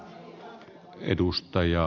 arvoisa puhemies